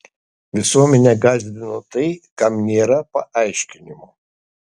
visuomenę gąsdina tai kam nėra paaiškinimo